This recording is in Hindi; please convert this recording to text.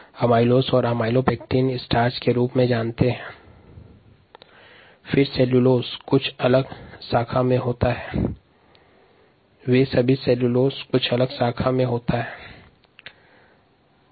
एमाइलोज और एमाइलोपेक्टिन स्टार्च के प्रमुख अवयव हैं जो विभिन्न बंध के माध्यम से ग्लूकोस अणु से निर्मित होते है